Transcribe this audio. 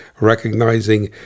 recognizing